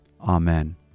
Amen